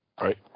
Right